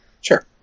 Sure